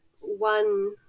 one